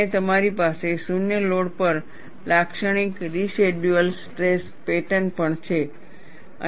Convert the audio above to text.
અને તમારી પાસે શૂન્ય લોડ પર લાક્ષણિક રેસિડયૂઅલ સ્ટ્રેસ પેટર્ન પણ છે